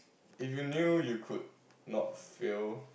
if you knew you could not fail